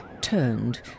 turned